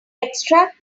extract